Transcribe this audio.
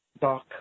dark